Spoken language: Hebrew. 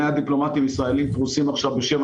100 דיפלומטים ישראלים פרוסים עכשיו בשבע